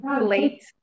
late